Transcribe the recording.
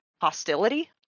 hostility